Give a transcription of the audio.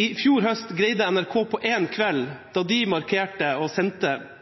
I fjor høst greide NRK på én kveld – da de markerte og sendte